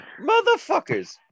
motherfuckers